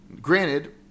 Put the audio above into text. Granted